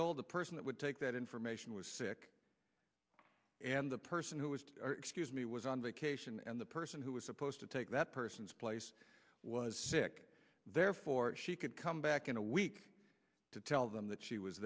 told the person that would take that information was sick and the person who was excuse me was on vacation and the person who was supposed to take that person's place was sick therefore she could come back in a week to tell them that she was